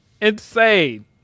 Insane